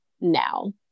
now